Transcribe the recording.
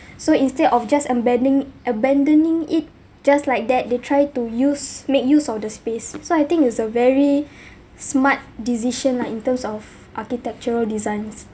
so instead of just embedding abandoning it just like that they try to use make use of the space so I think it's a very smart decision lah in terms of architectural designs